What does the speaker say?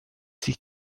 sich